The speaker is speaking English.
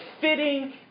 fitting